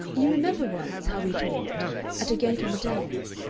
you remember once, how we talked at a gate on the downs?